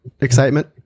excitement